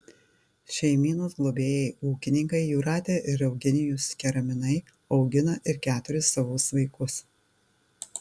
šeimynos globėjai ūkininkai jūratė ir eugenijus keraminai augina ir keturis savus vaikus